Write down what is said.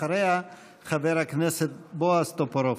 אחריה, חבר הכנסת בועז טופורובסקי.